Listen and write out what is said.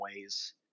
ways